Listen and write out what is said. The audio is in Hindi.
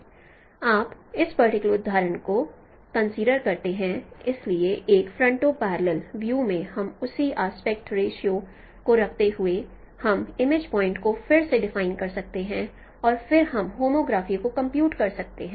इसलिए आप इस पर्टिकुलर उदाहरण को कंसीडर करते हैं इसलिए एक फरनटो पैरलल व्यू में हम उसी आस्पेक्ट रेशियो को रखते हुए हम इमेज पॉइंटस को फिर से डिफाइन कर सकते हैं और फिर हम होमोग्राफी को कंप्यूट कर सकते हैं